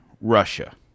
Russia